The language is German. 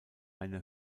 eine